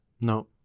No